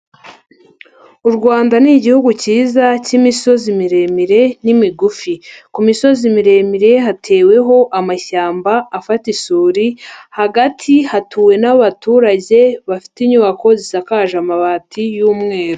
U Rwanda ni igihugu cyiza cy'imisozi miremire n'imigufi. Ku misozi miremire hateweho amashyamba afata isuri, hagati hatuwe n'abaturage bafite inyubako zisakaje amabati y'umweru.